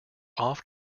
off